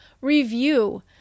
review